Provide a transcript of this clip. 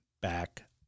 back